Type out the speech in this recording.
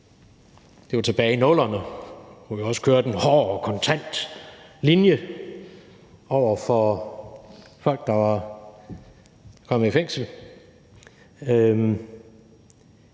det var tilbage i 00'erne, hvor vi også kørte en hård og kontant linje over for folk, der var kommet i fængsel